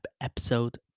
episode